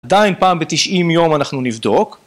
עדיין פעם ב-90 יום אנחנו נבדוק.